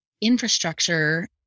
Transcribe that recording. infrastructure